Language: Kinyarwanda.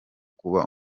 kuba